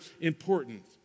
important